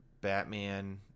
Batman